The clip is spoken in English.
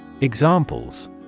Examples